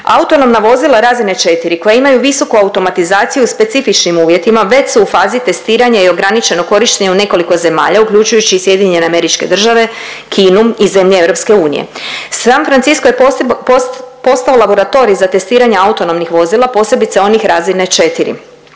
Autonomna vozila razine 4 koja imaju visoku automatizaciju s specifičnim uvjetima već su u fazi testiranja i ograničenog korištenja u nekoliko zemalja uključujući i SAD, Kinu i zemlje EU. San Francisko je postao laboratorij za testiranje autonomnih vozila, posebice onih razine 4.